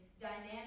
dynamic